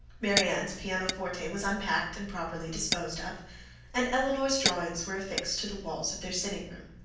marianne's pianoforte was unpacked and properly disposed of and elinor's drawings were affixed to the walls of their sitting room.